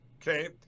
okay